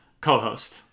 co-host